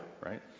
right